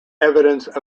evidence